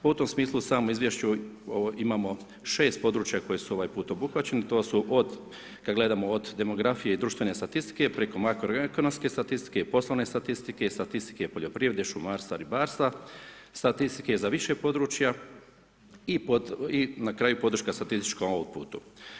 U tom smislu u samom izvješću imamo 6 područja koja su ovaj put obuhvaćena, to su od ka gledamo od demografije i društvene statistike preko makroekonomske statistike i poslovne statistike i statistike poljoprivrede, šumarstva, ribarstva, statistike za više područja i na kraju podrška statističkom outputu.